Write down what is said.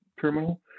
terminal